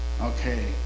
Okay